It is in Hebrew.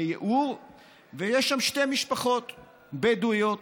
ויש שם שתי משפחות בדואיות.